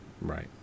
Right